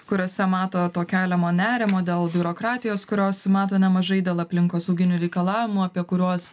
kuriose mato to keliamo nerimo dėl biurokratijos kurios mato nemažai dėl aplinkosauginių reikalavimų apie kuriuos